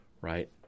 right